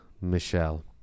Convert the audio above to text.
Michelle